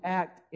act